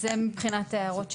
אז זה מבחינת ההערות שלנו.